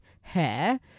hair